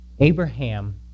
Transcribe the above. Abraham